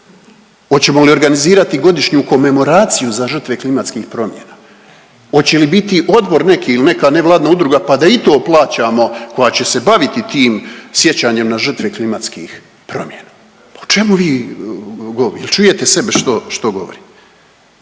Hoćemo li organizirati godišnju komemoraciju za žrtve klimatskih promjena? Hoće li biti odbor neki ili neka nevladina udruga pa da i to plaćamo, koja će se baviti tim sjećam na žrtve klimatskih promjena? O čemu vi .../nerazumljivo/..., je li čujete sebe što govorite?